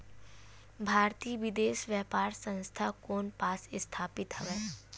भारतीय विदेश व्यापार संस्था कोन पास स्थापित हवएं?